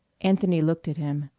anthony looked at him.